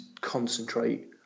concentrate